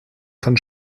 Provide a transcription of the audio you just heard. von